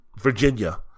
Virginia